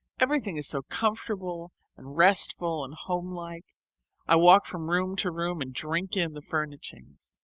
everything is so comfortable and restful and homelike i walk from room to room and drink in the furnishings.